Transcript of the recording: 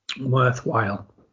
worthwhile